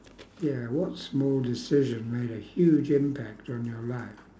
ya what small decision made a huge impact on your life